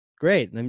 Great